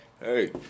Hey